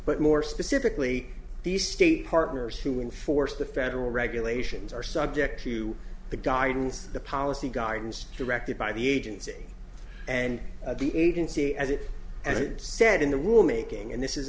but more specifically these state partners who enforce the federal regulations are subject to the guidance the policy guidance directed by the agency and the agency as it and it said in the rule making and this is